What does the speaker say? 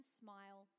smile